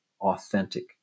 authentic